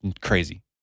crazy